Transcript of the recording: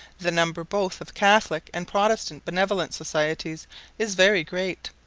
the number both of catholic and protestant benevolent societies is very great,